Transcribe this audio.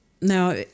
Now